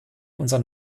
unser